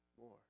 more